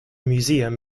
museum